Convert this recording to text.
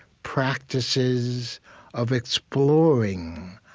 practices of exploring,